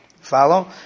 Follow